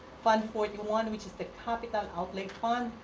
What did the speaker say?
fund for the one which is the capital outlay fund,